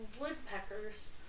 woodpeckers